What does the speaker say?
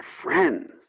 friends